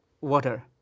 water